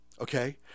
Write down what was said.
okay